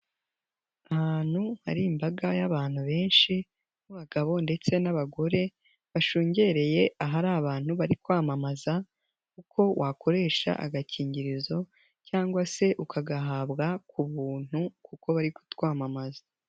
Ahantu hari imbaga y'abantu benshi b'abagabo ndetse n'abagore, bashungereye ahari abantu bari kwamamaza uko wakoresha agakingirizo cyangwa se ukagahabwa ku buntu kuko bari kutwamamaza.